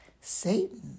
Satan